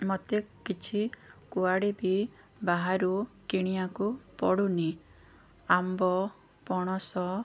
ମୋତେ କିଛି କୁଆଡ଼େ ବି ବାହାରୁ କିଣିବାକୁ ପଡ଼ୁନି ଆମ୍ବ ପଣସ